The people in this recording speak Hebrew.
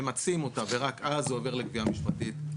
ממצים אותה ורק אז זה עובר לגבייה משפטית,